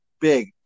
big